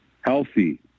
healthy